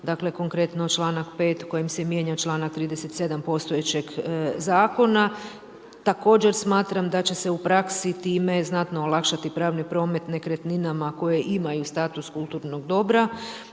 dakle konkretno članak 5. kojim se mijenja članak 37. postojećeg zakona. Također smatram da će se u praksi time znatno olakšati pravni promet nekretninama koje imaju status kulturnog dobra